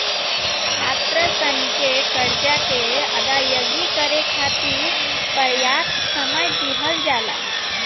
छात्रसन के करजा के अदायगी करे खाति परयाप्त समय दिहल जाला